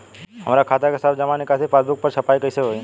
हमार खाता के सब जमा निकासी पासबुक पर छपाई कैसे होई?